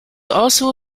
also